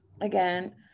again